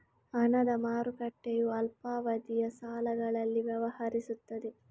ಹಣದ ಮಾರುಕಟ್ಟೆಯು ಅಲ್ಪಾವಧಿಯ ಸಾಲಗಳಲ್ಲಿ ವ್ಯವಹರಿಸುತ್ತದೆ